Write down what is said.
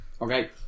okay